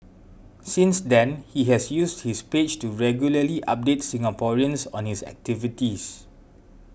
since then he has used his page to regularly update Singaporeans on his activities